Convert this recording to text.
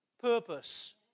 purpose